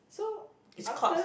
so after